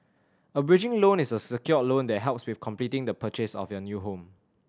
a bridging loan is a secured loan that helps with completing the purchase of your new home